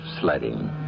sledding